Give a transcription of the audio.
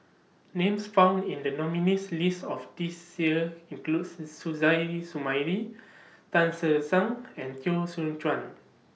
Names found in The nominees' list of This Year includes Suzairhe Sumari Tan Che Sang and Teo Soon Chuan